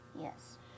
Yes